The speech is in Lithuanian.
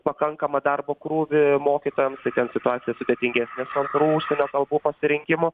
pakankamą darbo krūvį mokytojam tai ten situacija sudėtingesnė su antrų užsienio kalbų pasirinkimu